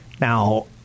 Now